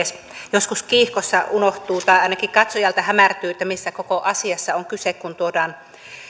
joskus kiihkossa unohtuu tai ainakin katsojalta hämärtyy mistä koko asiassa on kyse kun tuodaan esiin